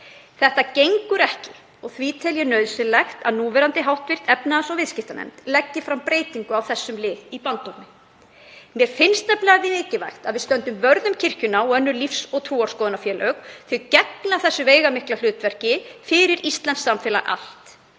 Það gengur ekki og því tel ég nauðsynlegt að núverandi hv. efnahags- og viðskiptanefnd leggi fram breytingu á þessum lið í bandormi. Mér finnst nefnilega mikilvægt að við stöndum vörð um kirkjuna og önnur lífs- og trúarskoðunarfélög. Þau gegna veigamiklu hlutverki fyrir íslenskt samfélag allt.